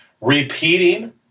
Repeating